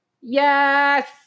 Yes